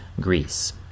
Greece